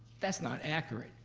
that's not accurate.